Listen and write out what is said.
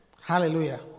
Hallelujah